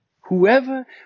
Whoever